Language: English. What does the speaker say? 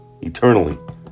eternally